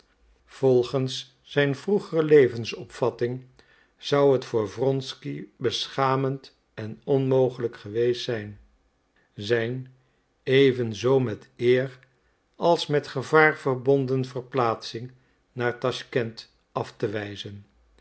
volgens zijn vroegere levensopvatting zou het voor wronsky beschamend en onmogelijk geweest zijn zijn evenzoo met eer als met gevaar verbonden verplaatsing naar taschkent af te wijzen